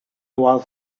was